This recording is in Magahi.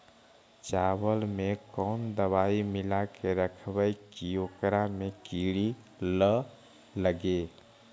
चावल में कोन दबाइ मिला के रखबै कि ओकरा में किड़ी ल लगे?